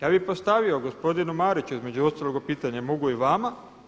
Ja bi postavio gospodinu Mariću između ostalog pitanje, mogu i vama.